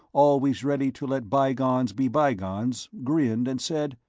always ready to let bygones be bygones, grinned and said,